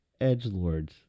edgelords